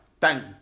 Thank